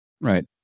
right